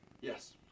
Yes